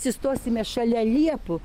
atsistosime šalia liepų